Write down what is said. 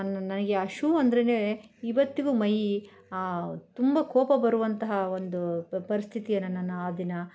ನನ್ನ ನನಗೆ ಆ ಶೂ ಅಂದ್ರೆಯೇ ಇವತ್ತಿಗೂ ಮೈ ತುಂಬ ಕೋಪ ಬರುವಂತಹ ಒಂದು ಪರಿಸ್ಥಿತಿಯನ್ನು ನಾನು ಆ ದಿನ